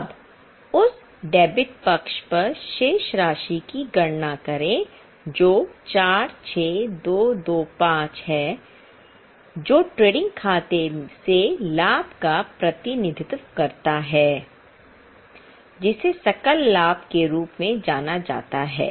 अब उस डेबिट पक्ष पर शेष राशि की गणना करें जो 46225 है जो ट्रेडिंग खाते से लाभ का प्रतिनिधित्व करता है जिसे सकल लाभ के रूप में जाना जाता है